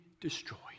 destroyed